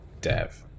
dev